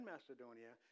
Macedonia